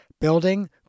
building